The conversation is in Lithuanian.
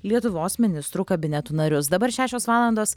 lietuvos ministrų kabinetų narius dabar šešios valandos